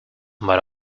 but